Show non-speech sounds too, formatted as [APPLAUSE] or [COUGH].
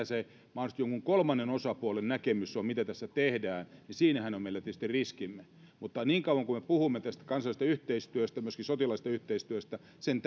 [UNINTELLIGIBLE] se mahdollisesti jonkun kolmannen osapuolen näkemys on mitä tässä tehdään siinähän on meillä tietysti riskimme mutta niin kauan kuin me puhumme kansainvälisestä yhteistyöstä myöskin sotilaallisesta yhteistyöstä sen [UNINTELLIGIBLE]